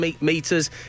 meters